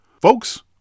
Folks